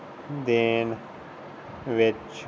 ਦੇਣ ਵਿੱਚ